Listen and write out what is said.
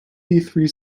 three